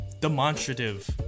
demonstrative